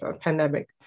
pandemic